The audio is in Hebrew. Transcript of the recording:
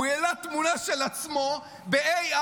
הוא העלה תמונה של עצמו ב-AI,